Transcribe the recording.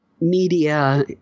media